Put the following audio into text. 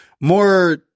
more